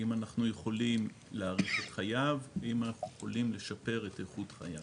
האם אנחנו יכולים להאריך את חייו והאם אנחנו יכולים לשפר את איכות חייו,